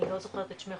אני לא זוכרת את שמך,